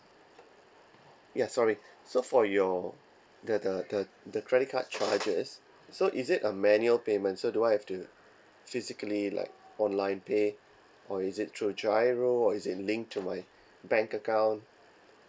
ya sorry so for your the the the the credit card charges so is it a manual payment so do I have to physically like online pay or is it through GIRO or is it linked to my bank account